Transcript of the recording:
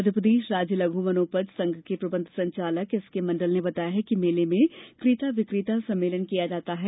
मप्र राज्य लघु वनोपज संघ के प्रबंध संचालक एसके मंडल ने बताया है कि मेले में क्रेता विक्रेता सम्मेलन किया जाता है